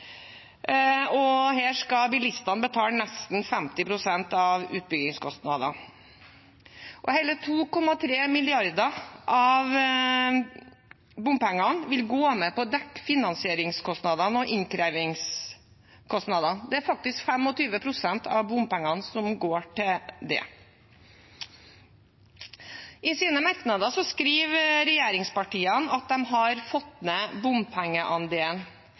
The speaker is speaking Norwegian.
Og her skal bilistene betale nesten 50 pst. av utbyggingskostnadene. Hele 2,3 mrd. kr av bompengene vil gå med til å dekke finansieringskostnadene og innkrevingskostnadene. Det er faktisk 25 pst. av bompengene som går til det. I sine merknader skriver regjeringspartiene at de har fått ned bompengeandelen.